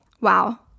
Wow